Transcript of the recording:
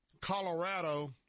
Colorado